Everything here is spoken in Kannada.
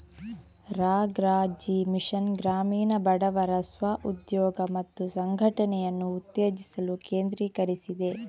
ರಾ.ಗ್ರಾ.ಜೀ ಮಿಷನ್ ಗ್ರಾಮೀಣ ಬಡವರ ಸ್ವ ಉದ್ಯೋಗ ಮತ್ತು ಸಂಘಟನೆಯನ್ನು ಉತ್ತೇಜಿಸಲು ಕೇಂದ್ರೀಕರಿಸಿದೆ